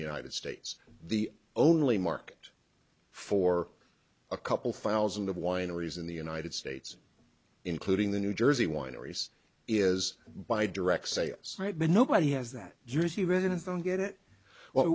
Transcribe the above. the united states the only market for a couple thousand of wineries in the united states including the new jersey wineries is by direct sales right but nobody has that jersey residents don't get it w